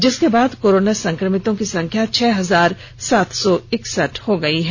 जिसके बाद कोरोना संक्रमितों की संख्या छह हजार सात सौ इकसठ हो गयी है